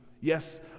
Yes